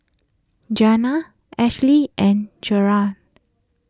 Janay Ashlea and Jerrad